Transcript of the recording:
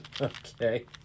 Okay